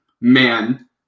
man